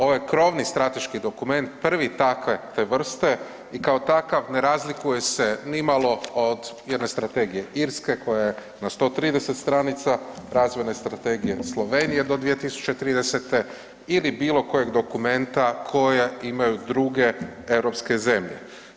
Ovo je krovni strateški dokument prvi takve te vrste i kao takav ne razlikuje se nimalo od jedne strategije Irske koja je na 130 stranica, razvojne strategije Slovenije do 2030. ili bilo kojeg dokumenta koje imaju druge europske zemlje.